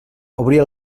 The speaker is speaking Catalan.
obria